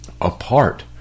apart